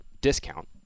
discount